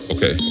Okay